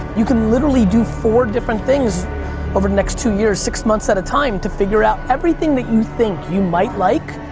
you can literally do four different things over the next two years, six months at a time to figure out everything that you think you might like,